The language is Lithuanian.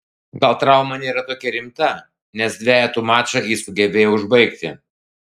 gal trauma nėra tokia rimta nes dvejetų mačą jis sugebėjo užbaigti